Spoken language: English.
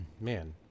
man